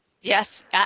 Yes